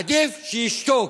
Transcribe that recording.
עדיף שישתוק.